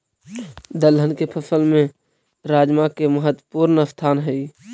दलहन के फसल में राजमा के महत्वपूर्ण स्थान हइ